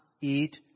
eat